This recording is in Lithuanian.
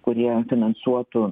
kurie finansuotų